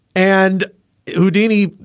and houdini,